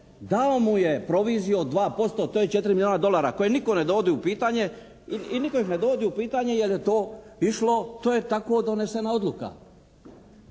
dao mu je proviziju od 2%. To je 4 milijuna dolara koje nitko ne dovodi u pitanje i nitko ih ne dovodi u pitanje jer je to išlo, to je tako donesena odluka.